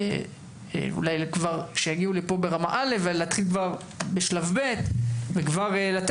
אולי שיגיעו לפה ברמה א' ולהתחיל בשלב ב' ולתת